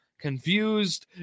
confused